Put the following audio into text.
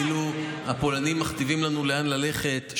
שהפולנים מכתיבים לנו לאן ללכת,